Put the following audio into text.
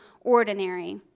ordinary